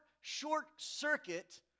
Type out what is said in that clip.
short-circuit